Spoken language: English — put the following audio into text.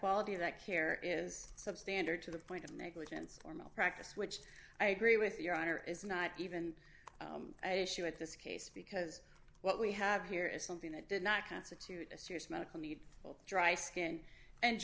quality that care is substandard to the point of negligence or malpractise which i agree with your honor is not even sure at this case because what we have here is something that did not constitute a serious medical need dry skin and